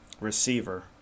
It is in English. receiver